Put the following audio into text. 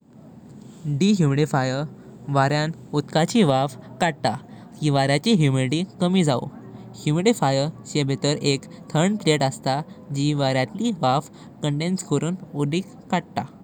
Dehumidifier वाऱ्यांच उदकाचे वाफ काढता की वाऱ्याची ह्युमिडिटी कमी जावं। डिह्यूमिडिफायरचें भितर एक थंड प्लेट असतां जी वाऱ्यांतली वाफाक कॉन्डेंस करून उदक करतां।